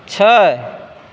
छै